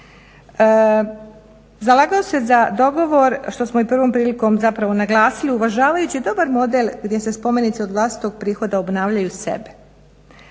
Zalagao se za dogovor što smo i prvom prilikom zapravo naglasili, uvažavajući dobar model gdje se spomenici od vlastitog prihoda obnavljaju sebe.